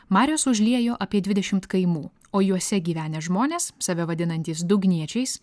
marios užliejo apie dvidešimt kaimų o juose gyvenę žmonės save vadinantys dugniečiais